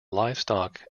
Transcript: livestock